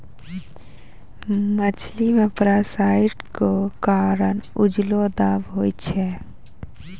मछली मे पारासाइट क कारण उजलो दाग होय छै